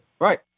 Right